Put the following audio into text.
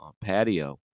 patio